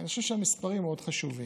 אני חושב שהמספרים מאוד חשובים.